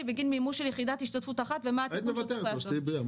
בגין מימוש של יחידת השתתפות אחת ומה התיקון שצריך לעשות.